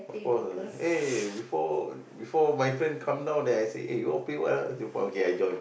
of course ah eh before before my friend come down there I say eh you all play what ah zero point okay I join